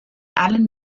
allen